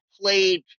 played